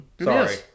sorry